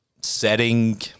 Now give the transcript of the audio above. setting